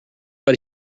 but